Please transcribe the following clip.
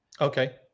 Okay